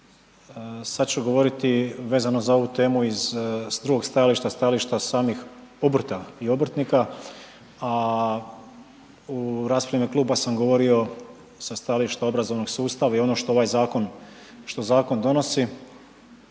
sad ću govoriti vezano za ovu temu iz drugog stajališta, stajališta samih obrta i obrtnika a u raspravi u ime kluba sam govorio sa stajališta obrazovnog sustava i ono što ovaj zakon donosi